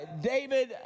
David